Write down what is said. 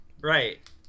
Right